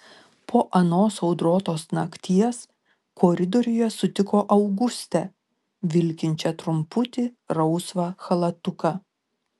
po anos audrotos nakties koridoriuje sutiko augustę vilkinčią trumputį rausvą chalatuką